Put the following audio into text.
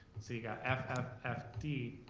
and so you got f f, f d,